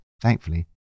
Thankfully